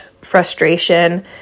frustration